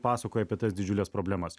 pasakoja apie tas didžiules problemas